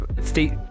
State